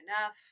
enough